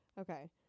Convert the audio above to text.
Okay